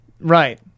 Right